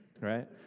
right